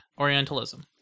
Orientalism